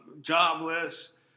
jobless